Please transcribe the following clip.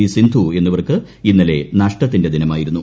V Sindhu എന്നിവർക്ക് ഇന്നല്ലൌഷ്ഷ്ടത്തിന്റെ ദിനമായിരുന്നു